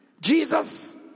Jesus